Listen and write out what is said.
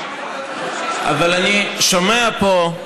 אבל אני שומע פה,